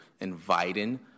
inviting